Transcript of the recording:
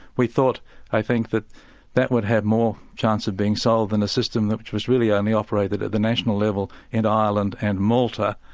we thought i think that that would have more chance of being sold than a system which was really only operated at the national level in ireland and malta,